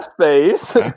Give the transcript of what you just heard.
space